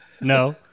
No